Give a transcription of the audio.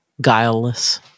Guileless